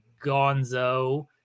Gonzo